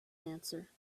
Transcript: answer